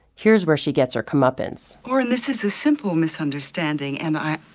here's where she gets her comeuppance. warren this is a simple misunderstanding, and i,